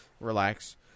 relax